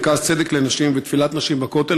"מרכז צדק לנשים" ו"תפילת נשים בכותל",